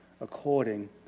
according